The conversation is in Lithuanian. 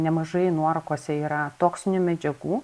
nemažai nuorūkose yra toksinių medžiagų